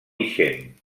ixent